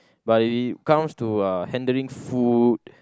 but it comes to uh handling food